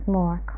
more